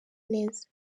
neza